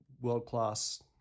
world-class